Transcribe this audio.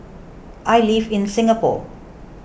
I live in Singapore